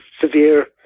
severe